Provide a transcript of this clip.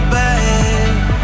back